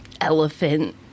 elephant